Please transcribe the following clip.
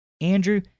Andrew